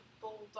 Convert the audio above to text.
bulldog